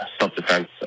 Self-Defense